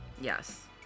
Yes